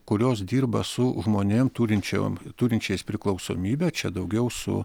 kurios dirba su žmonėm turinčiom turinčiais priklausomybę čia daugiau su